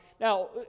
Now